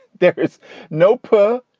there is no power.